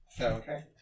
Okay